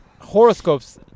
Horoscopes